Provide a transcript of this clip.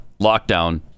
lockdown